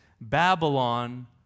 Babylon